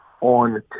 on